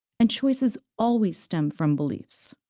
and choices always stem from beliefs.